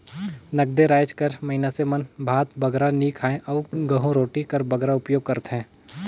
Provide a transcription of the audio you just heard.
नगदे राएज कर मइनसे मन भात बगरा नी खाएं अउ गहूँ रोटी कर बगरा उपियोग करथे